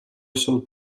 jsou